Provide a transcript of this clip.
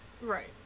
Right